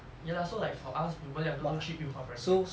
ya lah so like for us 我们两个都去 yu hua primary